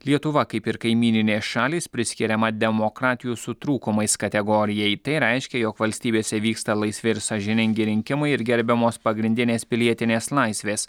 lietuva kaip ir kaimyninės šalys priskiriama demokratijų su trūkumais kategorijai tai reiškia jog valstybėse vyksta laisvi ir sąžiningi rinkimai ir gerbiamos pagrindinės pilietinės laisvės